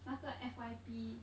那个 F_Y_P